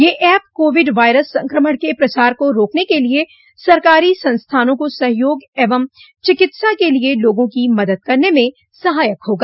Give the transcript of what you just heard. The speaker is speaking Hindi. यह ऐप कोविड वायरस संक्रमण के प्रसार को रोकने के लिए सरकारी संस्थानों को सहयोग एवं चिकित्सा के लिए लोगों की मदद करने में सहायक होगा